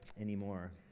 anymore